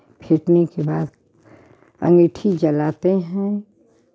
फेंटने के बाद अंगीठी जलाते हैं